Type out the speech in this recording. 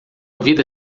vida